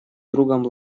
другом